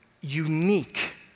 unique